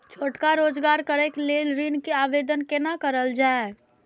छोटका रोजगार करैक लेल ऋण के आवेदन केना करल जाय?